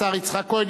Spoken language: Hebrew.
השר יצחק כהן,